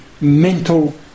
mental